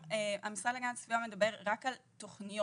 המשרד להגנת הסביבה מדבר רק על תוכניות,